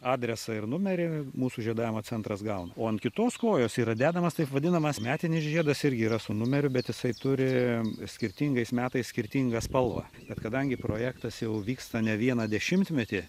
adresą ir numerį mūsų žiedavimo centras gauna o ant kitos kojos yra dedamas taip vadinamas metinis žiedas irgi yra su numeriu bet jisai turi skirtingais metais skirtingą spalvą bet kadangi projektas jau vyksta ne vieną dešimtmetį